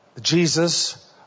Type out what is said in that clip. Jesus